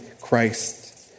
Christ